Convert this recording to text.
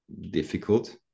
difficult